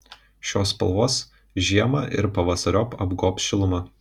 šios spalvos žiemą ir pavasariop apgobs šiluma